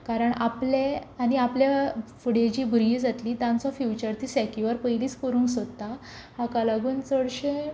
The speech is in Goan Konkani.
कारण आपले आनी आपल्या फुडें जीं भुरगीं जातलीं तांचो फ्यूचर तीं सेक्यूअर पयलींच करूंक सोदता हाका लागून चडशे